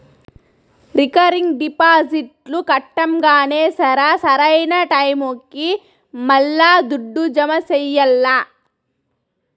recurring డిపాజిట్లు కట్టంగానే సరా, సరైన టైముకి మల్లా దుడ్డు జమ చెయ్యాల్ల